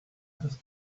has